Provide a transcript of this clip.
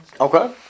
Okay